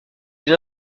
plus